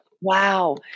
Wow